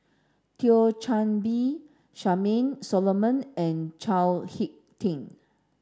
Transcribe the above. Thio Chan Bee Charmaine Solomon and Chao Hick Tin